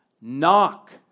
Knock